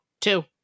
Two